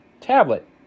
Tablet